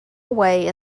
away